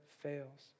fails